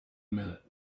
minute